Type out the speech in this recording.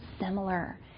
similar